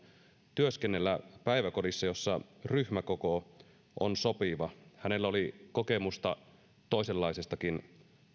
työskennellä päiväkodissa jossa ryhmäkoko on sopiva hänellä oli kokemusta toisenlaisestakin